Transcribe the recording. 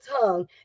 tongue